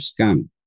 scam